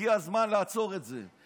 הגיע הזמן לעצור את זה.